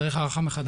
צריך הערכה מחדש.